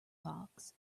fox